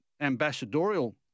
ambassadorial